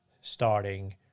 starting